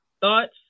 Thoughts